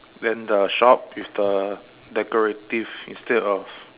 then the shop with the decorative instead of